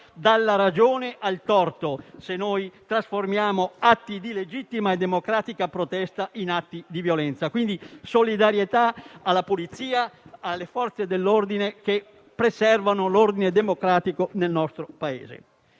dalla ragione al torto se trasformiamo atti di legittima e democratica protesta in atti di violenza. Esprimiamo, pertanto, solidarietà alla Polizia e alle Forze dell'ordine che preservano l'ordine democratico nel nostro Paese.